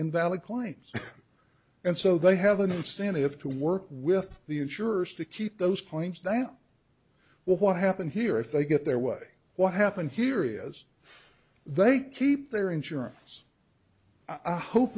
invalid clients and so they have an incentive to work with the insurers to keep those claims that well what happened here if they get their way what happened here is they keep their insurance i hope